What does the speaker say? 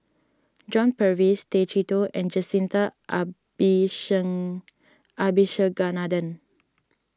John Purvis Tay Chee Toh and Jacintha Abisheganaden